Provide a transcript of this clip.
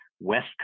West